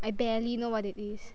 I barely know what it is